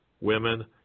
women